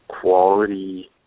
quality